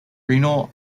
renal